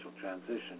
transition